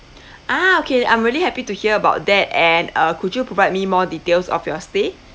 ah okay I'm really happy to hear about that and uh could you provide me more details of your stay